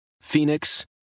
Phoenix